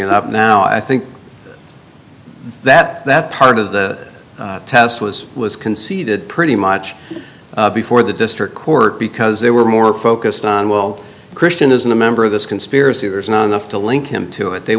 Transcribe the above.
it up now i think that that part of the test was was conceded pretty much before the district court because there were more focused on well christian isn't a member of this conspiracy there's not enough to link him to it they